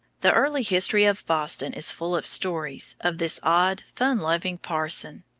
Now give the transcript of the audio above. the early history of boston is full of stories, of this odd, fun-loving parson.